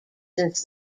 since